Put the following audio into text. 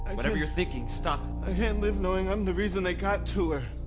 and whatever you're thinking, stop. i can't live knowing i'm the reason they got to her.